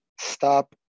stop